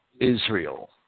Israel